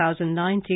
2019